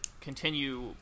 continue